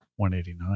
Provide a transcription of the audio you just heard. $189